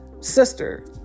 Sister